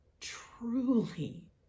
truly